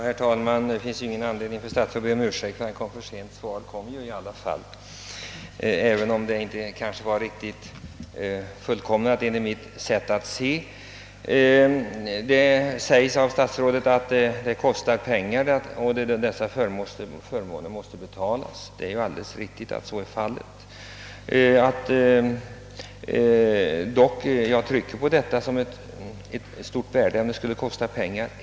Herr talman! Det finns ingen anledning för statsrådet att be om ursäkt för att han kom för sent. Svar fick jag ju i alla fall, även om det enligt mitt sätt att se kanske inte var fullt acceptabelt. Statsrådet säger att dessa förmåner måste betalas. Det är alldeles riktigt att så är fallet men även om det kostar pengar så är förmånen dock — jag trycker hårt på det — av så stort värde att ingen får gå miste härom.